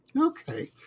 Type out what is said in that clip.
Okay